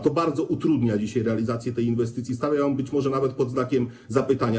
To bardzo utrudnia dzisiaj realizację tej inwestycji, stawia ją być może nawet pod znakiem zapytania.